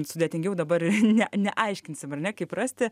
sudėtingiau dabar ne neaiškinsim ar ne kaip rasti